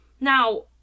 Now